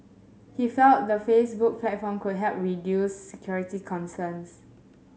he felt the Facebook platform could help reduce security concerns